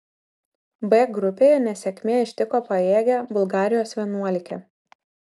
b grupėje nesėkmė ištiko pajėgią bulgarijos vienuolikę